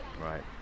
Right